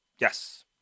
Yes